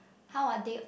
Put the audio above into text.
how are they